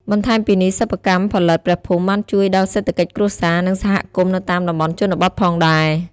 បន្ថែមពីនេះ សិប្បកម្មផលិតព្រះភូមិបានជួយដល់សេដ្ឋកិច្ចគ្រួសារ និងសហគមន៍នៅតាមតំបន់ជនបទផងដែរ។